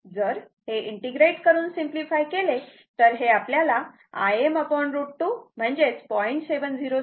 जर हे इंटिग्रेट करून सिंपलिफाय केले तर हे आपल्याला Im √2 म्हणजेच 0